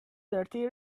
dirty